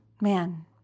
Man